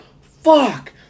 Fuck